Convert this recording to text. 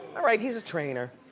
alright he's a trainer.